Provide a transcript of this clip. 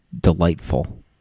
delightful